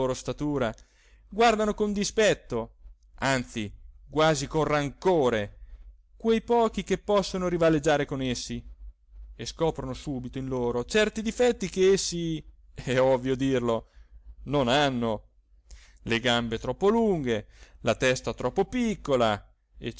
statura guardano con dispetto anzi quasi con rancore quei pochi che possono rivaleggiare con essi e scoprono subito in loro certi difetti che essi è ovvio dirlo non hanno le gambe troppo lunghe la testa troppo piccola